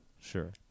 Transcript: Sure